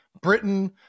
Britain